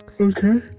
okay